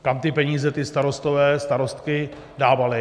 Kam ty peníze ti starostové, starostky dávali.